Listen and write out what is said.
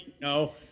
No